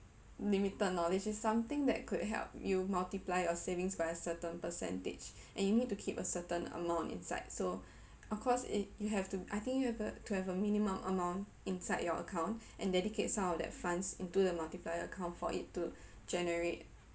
limited knowledge it's something that could help you multiply your savings by a certain percentage and you need to keep a certain amount inside so of course it you have to I think you have to have a minimum amount inside your account and dedicate some of that funds into the multiplier account for it to generate